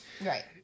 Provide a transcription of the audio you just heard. Right